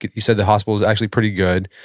you said the hospital is actually pretty good.